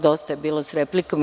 Dosta je bilo sa replikama.